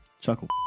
Chuckle